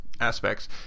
aspects